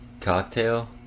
Cocktail